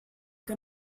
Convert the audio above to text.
que